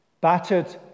battered